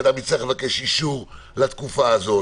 שאדם יצטרך לבקש אישור לתקופה הזאת.